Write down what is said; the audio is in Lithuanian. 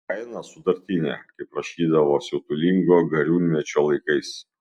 kaina sutartinė kaip rašydavo siautulingo gariūnmečio laikais